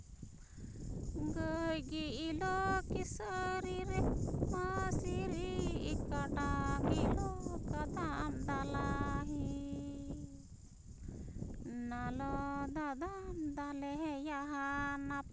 ᱜᱟᱹᱭ ᱜᱮᱞᱚ ᱠᱮᱥᱟᱨᱤ ᱨᱮ ᱢᱟᱥᱨᱤ ᱠᱟᱰᱟ ᱜᱮᱞᱚ ᱠᱟᱫᱟᱢ ᱫᱟᱞᱟᱦᱤ ᱱᱟᱞᱚ ᱫᱟᱫᱟᱢ ᱫᱟᱞᱮᱭᱟ